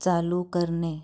चालू करने